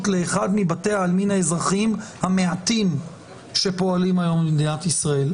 לאחד מבתי העלמין האזרחיים המעטים שפועלים היום במדינת ישראל.